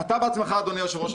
תודה, אדוני היושב-ראש.